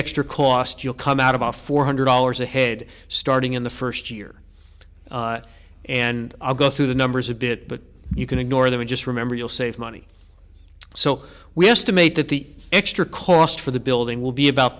extra cost you'll come out about four hundred dollars a head starting in the first year and i'll go through the numbers a bit but you can ignore them and just remember you'll save money so we estimate that the extra cost for the building will be about